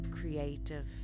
creative